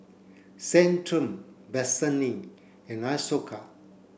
Centrum Vaselin and Isocal